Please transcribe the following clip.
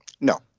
No